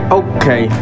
okay